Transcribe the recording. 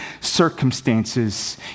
circumstances